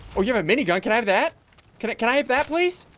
oh you have a minigun. can i have that can it can i have that please?